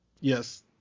Yes